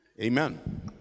Amen